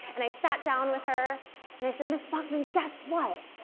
and i sat down with her and i said ms. buckman, guess what!